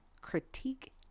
critique